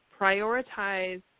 prioritize